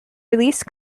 release